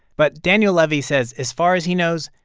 but daniel levy says, as far as he knows,